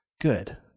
good